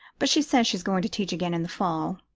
but she says she's going to teach again in the fall,